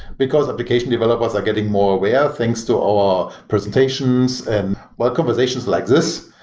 because application developers are getting more aware. thanks to our presentations and like conversations like this.